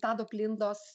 tado blindos